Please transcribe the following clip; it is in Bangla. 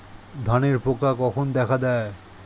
ধানের পোকা কখন দেখা দেয়?